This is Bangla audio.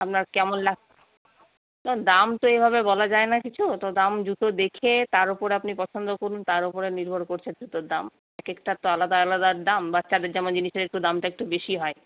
আপনার কেমন না দাম তো এভাবে বলা যায় না কিছু তো দাম জুতো দেখে তার উপর আপনি পছন্দ করুন তার উপরে নির্ভর করছে জুতোর দাম এক একটার তো আলাদা আলাদা দাম বাচ্চাদের যেমন জিনিসের একটু দামটা একটু বেশি হয়